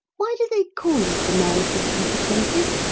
why do they call you the man of the forty faces?